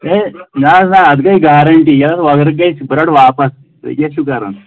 ہے نہٕ حظ نہ اَتھ گٔے گارنٹی یہِ حظ بہٕ رَٹہٕ واپس تُہۍ کیٛاہ چھُو کران